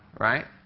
right?